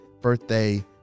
birthday